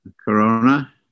Corona